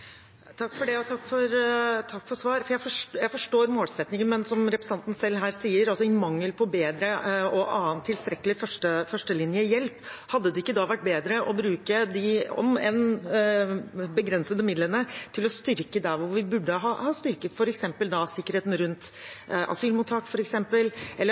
Takk for svaret. Jeg forstår målsettingen, men som representanten selv sier her: Dette er i mangel på bedre og annen tilstrekkelig førstelinjehjelp. Hadde det ikke da vært bedre å bruke de om enn begrensede midlene til å styrke der hvor vi burde ha styrket, f.eks. sikkerheten rundt asylmottak, eller